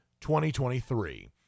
2023